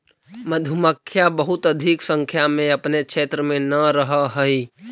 मधुमक्खियां बहुत अधिक संख्या में अपने क्षेत्र में न रहअ हई